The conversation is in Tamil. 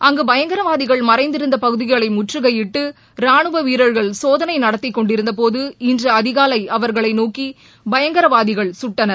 அங்கு பயங்கரவாதிகள் மறைந்திருந்த பகுதிகளை முற்றுகையிட்டு ரானுவ வீரர்கள் சோதனை நடத்திக்கொண்டிருந்தபோது இன்று அதிகாலை அவர்களை நோக்கி பயங்கரவாதிகள் சுட்டனர்